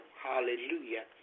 Hallelujah